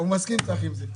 צחי מסכים עם זה.